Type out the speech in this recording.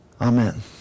amen